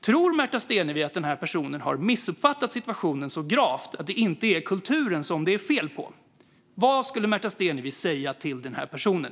Tror Märta Stenevi att personen som har sagt detta har missuppfattat situationen så gravt att det inte är kulturen som det är fel på? Vad skulle Märta Stenevi säga till den här personen?